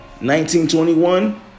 1921